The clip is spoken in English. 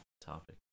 topic